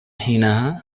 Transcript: حينها